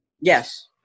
Yes